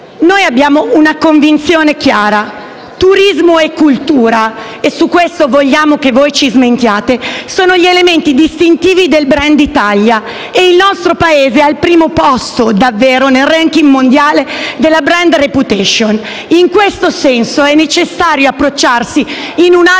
Noi abbiamo una convinzione chiara: turismo e cultura - su questo vogliamo che voi ci smentiate - sono gli elementi distintivi del *brand* Italia e il nostro Paese è al primo posto davvero nel *ranking* mondiale della *brand* *reputation*. In questo senso è necessario approcciarsi in un altro